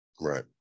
right